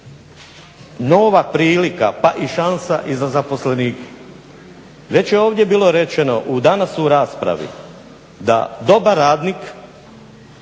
nova prilika pa i šansa i za zaposlenike. Već je ovdje bilo rečeno danas u raspravi da dobar radnik